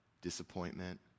disappointment